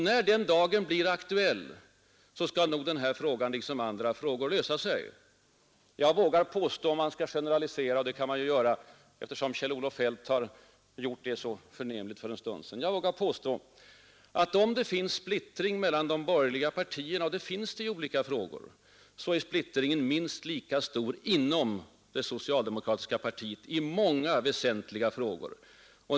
När den dagen kommer skall nog den här frågan liksom andra frågor lösa sig. Jag vågar påstå — om man nu skall generalisera, men herr Feldt gjorde det själv så förnämligt för en stund sedan — att om det finns splittring mellan de borgerliga partierna, och det gör det i olika frågor, så är splittringen minst lika stor inom det socialdemokratiska partiet i många väsentliga frågor.